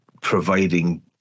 providing